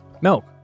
Milk